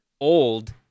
old